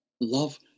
Love